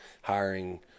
hiring